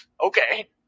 Okay